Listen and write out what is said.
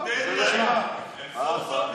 סוף-סוף מדברים.